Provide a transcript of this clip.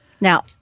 Now